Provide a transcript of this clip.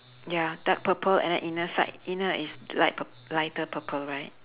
ya dark purple and then inner side inner is light pur~ lighter purple right